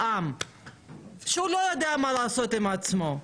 שהוא לא יודע מה לעשות עם עצמו.